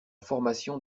formation